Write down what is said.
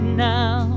now